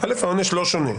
העונש לא שונה.